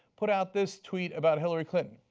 put out this tweet about hillary clinton.